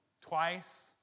twice